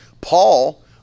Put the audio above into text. Paul